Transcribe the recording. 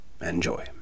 Enjoy